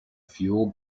fuel